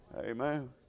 Amen